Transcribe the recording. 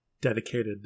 dedicated